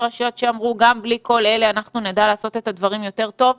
רשויות שאמרו שגם בלי כל אלה אנחנו נדע לעשות את הדברים יותר טוב,